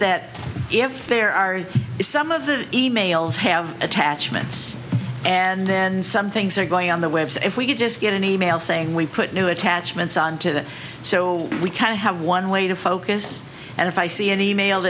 that if there are some of the e mails have attachments and then some things are going on the web so if we could just get an e mail saying we put new attachments on to this so we can have one way to focus and if i see an e mail